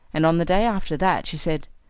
and on the day after that she said,